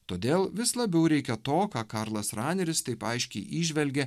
todėl vis labiau reikia to ką karlas raneris taip aiškiai įžvelgė